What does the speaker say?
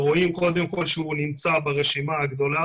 קודם כל רואים הוא נמצא ברשימה הגדולה,